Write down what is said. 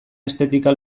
estetika